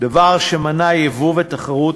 דבר שמנע ייבוא ותחרות.